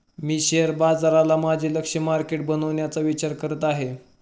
मी share बाजाराला माझे लक्ष्य मार्केट बनवण्याचा विचार करत आहे